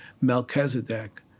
Melchizedek